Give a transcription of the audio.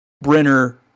Brenner